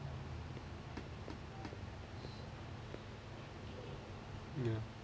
ya